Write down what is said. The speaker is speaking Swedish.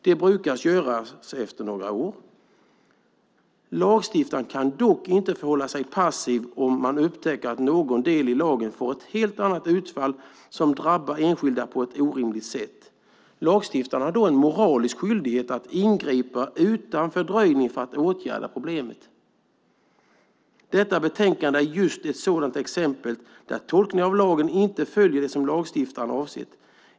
Detta brukar göras efter några år. Lagstiftaren kan dock inte förhålla sig passiv om det upptäcks att någon del i lagen får ett helt annat utfall och drabbar enskilda på ett orimligt sätt. Lagstiftaren har då en moralisk skyldighet att utan fördröjning ingripa för att åtgärda problemet. Detta betänkande är ett exempel på just det. Tolkningar av lagen följer inte det som lagstiftaren avsett.